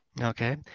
okay